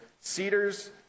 cedars